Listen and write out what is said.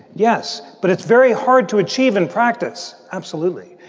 yes, but it's very hard. to achieve in practice? absolutely.